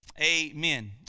Amen